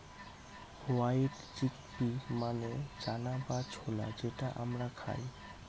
white chickpea মানে চানা বা ছোলা যেটা আমরা খায়